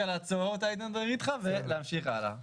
לעצור את העידנא דריתחא ולהמשיך הלאה.